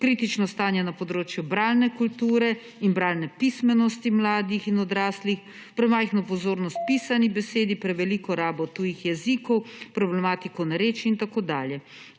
kritično stanje na področju bralne kulture in bralne pismenosti mladih in odraslih, premajhno pozornost / znak za konec razprave/ pisani besedi, preveliko rabo tujih jezikov, problematiko narečij in tako dalje.